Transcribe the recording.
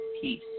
peace